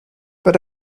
but